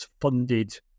funded